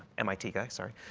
mit guy, sorry.